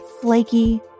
flaky